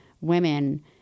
women